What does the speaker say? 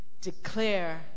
Declare